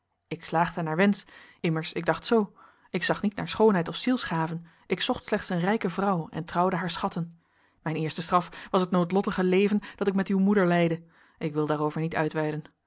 ik slaagde naar wensch immers ik dacht zoo ik zag niet naar schoonheid of zielsgaven ik zocht slechts een rijke vrouw en trouwde haar schatten mijn eerste straf was het noodlottige leven dat ik met uw moeder leidde ik wil daarover niet uitweiden